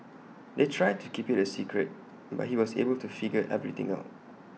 they tried to keep IT A secret but he was able to figure everything out